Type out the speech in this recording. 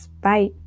Bye